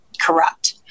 corrupt